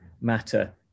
matter